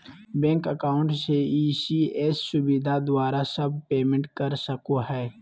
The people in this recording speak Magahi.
बैंक अकाउंट से इ.सी.एस सुविधा द्वारा सब पेमेंट कर सको हइ